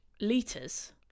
liters